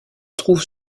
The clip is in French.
trouve